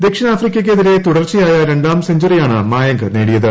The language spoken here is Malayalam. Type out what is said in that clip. ദക്ഷിണാഫ്രിക്കയ്ക്ക് എതിരെ തുടർച്ചയായ രണ്ടാം സെഞ്ച്വറിയ്ാണ് മായങ്ക് നേടിയത്